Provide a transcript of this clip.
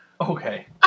Okay